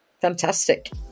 Fantastic